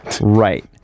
Right